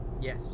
Yes